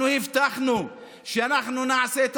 אני מסיים: אנחנו הבטחנו שאנחנו נעשה את